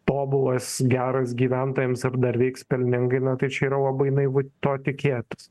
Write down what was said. tobulas geras gyventojams ir dar veiks pelningai na tai čia yra labai naivu to tikėtis